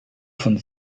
von